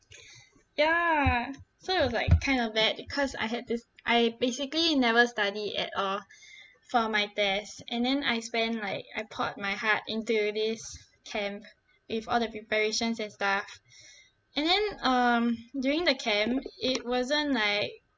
ya so it was like kind of bad cause I had this I basically never studied at all for my test and then I spend like I poured my heart into this camp with all the preparations and stuff and then um during the camp it wasn't like